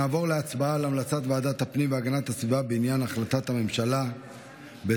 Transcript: נעבור להצבעה על המלצת ועדת הפנים והגנת הסביבה בעניין החלטת הממשלה בצו